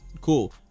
cool